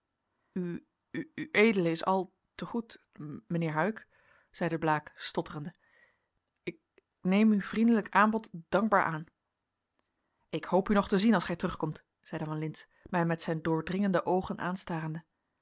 ued is al te goed mijnheer huyck zeide blaek stotterende ik neem uw vriendelijk aanbod dankbaar aan ik hoop u nog te zien als gij terugkomt zeide van lintz mij met zijn doordringende oogen aanstarende